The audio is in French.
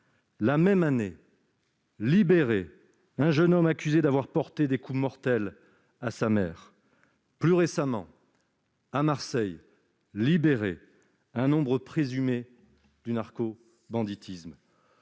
La même année, a été libéré un jeune homme accusé d'avoir porté des coups mortels à sa mère. Plus récemment, a été libéré, à Marseille, un membre présumé du narcobanditisme.